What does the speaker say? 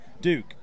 Duke